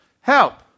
Help